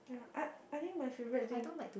I I think my favourite thing